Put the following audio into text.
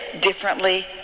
differently